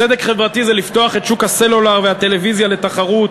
צדק חברתי זה לפתוח את שוק הסלולר והטלוויזיה לתחרות.